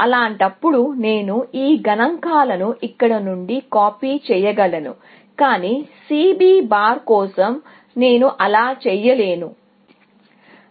అలాంటప్పుడు నేను ఈ గణాంకాలను ఇక్కడి నుండి కాపీ చేయగలను కాని C B̅ కోసం నేను అలా చేయలేను ఎందుకు